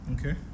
okay